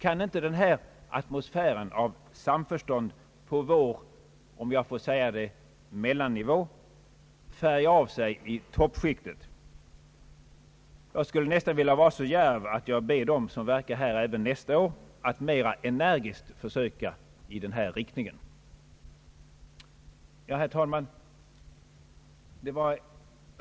Kan inte den atmosfären av samförstånd på vår mellannivå, om jag får kalla det så, färga av sig i toppskiktet? Jag skulle nästan vilja vara så djärv att jag ber dem, som verkar här även nästa år, att mer energiskt söka arbeta för en sådan utveckling. Herr talman!